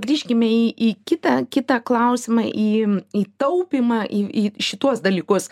grįžkime į į kitą kitą klausimą į į taupymą į į šituos dalykus